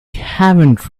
haven’t